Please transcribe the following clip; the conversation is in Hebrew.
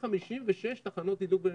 יש 156 תחנות תדלוק במימן,